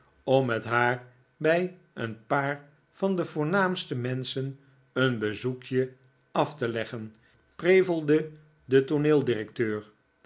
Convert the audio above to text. om met haar bij een paar van de voornaamste menschen een bezoekje af te leggen prevelde de